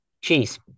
cheese